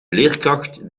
leerkracht